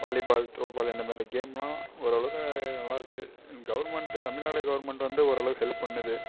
volleyball throwball இந்தமாதிரி கேம்லாம் ஓரளவுக்கு நல்லா இருக்குது கவுர்மெண்ட்டு தமிழ்நாடு கவுர்மெண்ட்டு வந்து ஓரளவு ஹெல்ப் பண்ணுது